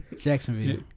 Jacksonville